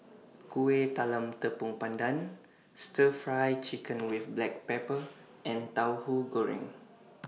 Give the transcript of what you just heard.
Kuih Talam Tepong Pandan Stir Fry Chicken with Black Pepper and Tauhu Goreng